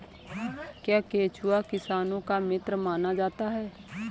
क्या केंचुआ किसानों का मित्र माना जाता है?